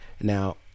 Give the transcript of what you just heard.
Now